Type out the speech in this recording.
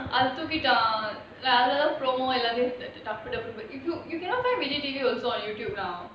அத தூக்கிட்டான்:atha thookitaan like அதுல தான்:adhula thaan promo~ எல்லாமே டப்பு டப்புனு:ellamae tappu tappunu you cannot find also on YouTube now